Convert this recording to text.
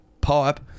pipe